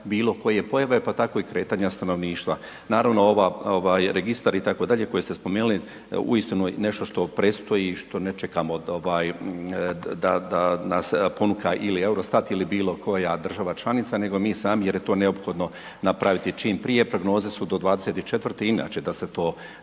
bilokoje pojave pa tako i kretanja stanovništva. Naravno ovaj registar itd. koje ste spomenuli, uistinu je nešto što predstoji, što ne čekamo da nas ponuka ili EUROSTAT ili bilokoja država članica nego mi sami jer je to neophodno napraviti čim prije, prognoze do 2024., inače da se to